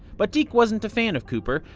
but deke wasn't a fan of cooper,